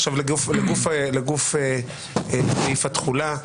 עכשיו לגוף סעיף התחולה.